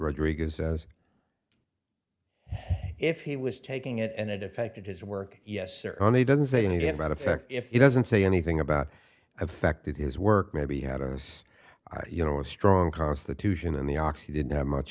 rodriguez says if he was taking it and it affected his work yes and he doesn't say anything about effect if he doesn't say anything about affected his work maybe he had as you know a strong constitution and the oxy didn't have much